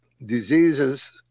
diseases